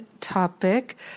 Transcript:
topic